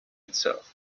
itself